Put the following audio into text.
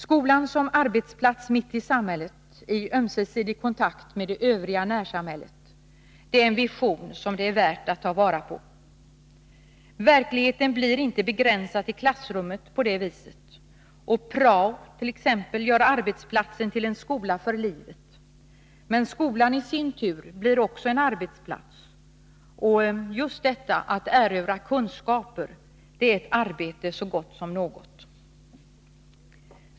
Skolan som arbetsplats mitt i samhället, i ömsesidig kontakt med det övriga närsamhället, det är en vision som det är värt att ta vara på. Verkligheten blir inte begränsad till klassrummet på det viset. Prao gör arbetsplatsen till en skola för livet, men skolan blir i sin tur också en arbetsplats, och just detta att erövra kunskaper är ett arbete så gott som något.